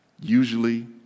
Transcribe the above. usually